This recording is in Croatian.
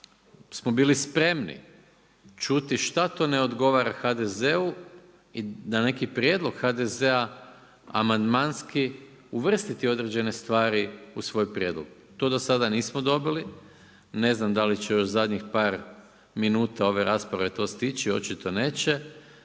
smo bili spremni čuti šta to ne odgovara HDZ-u i da neki prijedlog HDZ-a amandmanski uvrstiti određene stvari u svoj prijedlog, to do sada nismo dobili. Ne znam da li će još zadnjih par minuta ove rasprave to stići, očito neće,